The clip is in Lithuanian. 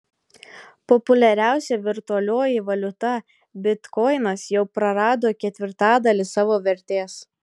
populiariausia virtualioji valiuta bitkoinas jau prarado ketvirtadalį savo vertės